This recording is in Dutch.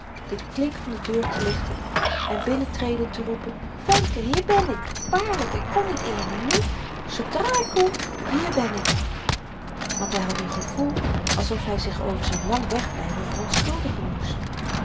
den klink van de deur te lichten en binnentredend te roepen femke hier ben ik waarlyk ik kon niet eer maar nu zoodra ik kn hier ben ik want hy had n gevoel alsof hy zich over z'n lang wegblyven verontschuldigen moest